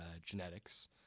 genetics